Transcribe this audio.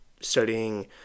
studying